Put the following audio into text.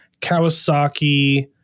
kawasaki